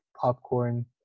popcorn